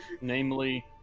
Namely